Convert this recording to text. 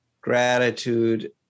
gratitude